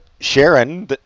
Sharon